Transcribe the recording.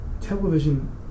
television